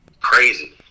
crazy